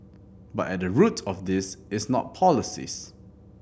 but at the root of this is not policies